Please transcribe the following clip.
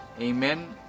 Amen